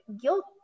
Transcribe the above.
guilt